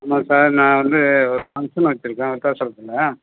ஆமாம் சார் நான் வந்து ஃபங்க்ஷன் வச்சுருக்கேன் விருதாச்சலத்தில்